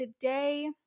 Today